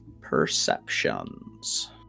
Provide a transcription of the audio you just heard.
perceptions